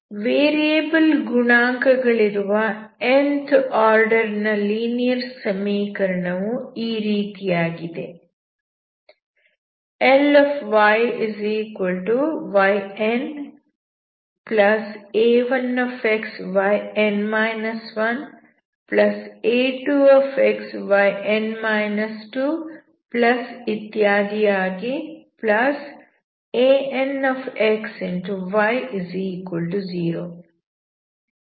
variable ಗುಣಾಂಕ ಗಳಿರುವ nth order ನ ಲೀನಿಯರ್ ಸಮೀಕರಣ ವು ಈ ರೀತಿಯಾಗಿದೆ Lyya1yn 1a2yn 2any0